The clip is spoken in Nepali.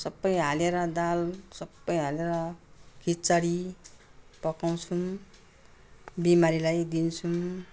सब हालेर दाल सब हालेर खिचडी पकाउँछौँ बिमारीलाई दिन्छौँ